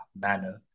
manner